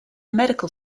medical